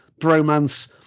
bromance